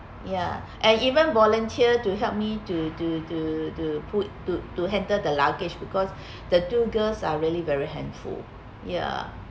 ya and even volunteer to help me to to to to put to to handle the luggage because the two girls are really very handful ya